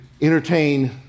entertain